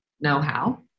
know-how